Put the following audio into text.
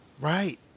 Right